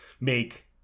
make